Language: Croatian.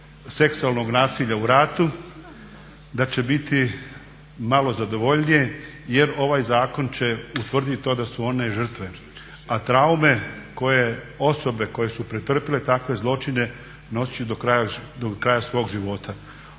seksualnog nasilja u ratu da će biti malo zadovoljnije jer ovaj zakon će utvrditi da su one žrtve. A traume osobe koje su pretrpile takve zločine nosit će do kraja svog života.